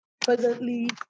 presently